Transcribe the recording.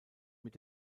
mit